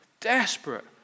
desperate